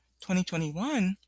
2021